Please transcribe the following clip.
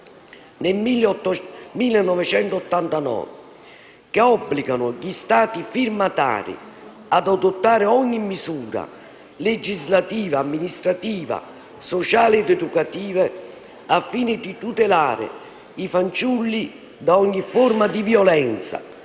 nel 1989, obbligano gli Stati firmatari ad adottare ogni misura legislativa, amministrativa, sociale ed educativa al fine di tutelare i fanciulli da ogni forma di violenza,